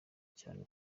cyane